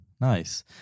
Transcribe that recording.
nice